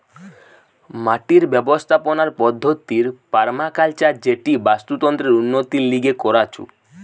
মাটির ব্যবস্থাপনার পদ্ধতির পার্মাকালচার যেটি বাস্তুতন্ত্রের উন্নতির লিগে করাঢু